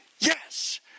Yes